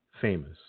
famous